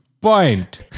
point